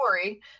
story